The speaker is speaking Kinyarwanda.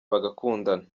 bagakundana